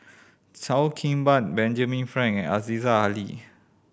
Cheo Kim Ban Benjamin Frank and Aziza Ali